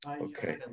Okay